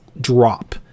drop